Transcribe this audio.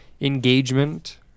engagement